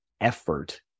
effort